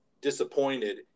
disappointed